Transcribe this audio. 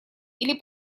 или